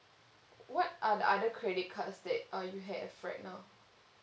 what are the other credit cards that uh you have right now